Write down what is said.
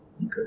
Okay